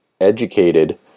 educated